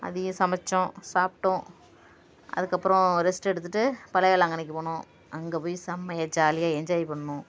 அதையே சமைச்சோம் சாப்பிட்டோம் அதற்கப்பறோம் ரெஸ்டெடுத்துவிட்டு பழைய வேளாங்கண்ணிக்கு போனோம் அங்கே போய் செம்மையாக ஜாலியாக என்ஜாய் பண்ணோம்